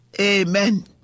Amen